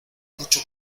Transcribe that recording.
mucho